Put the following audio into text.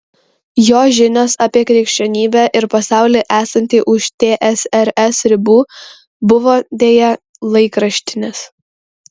jo žinios apie krikščionybę ir pasaulį esantį už tsrs ribų buvo deja laikraštinės